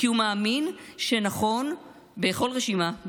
כי הוא מאמין שנכון בכל רשימה,